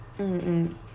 mm mm